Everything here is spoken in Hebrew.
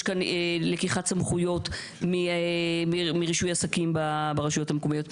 יש כאן לקיחת סמכויות מרישוי עסקים ברשויות המקומיות.